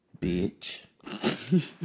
bitch